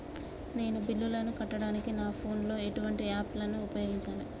నేను బిల్లులను కట్టడానికి నా ఫోన్ లో ఎటువంటి యాప్ లను ఉపయోగించాలే?